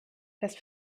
das